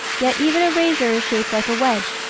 yet even a razor is shaped like a wedge,